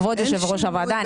כבוד יושב ראש הוועדה,